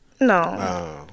No